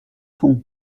fond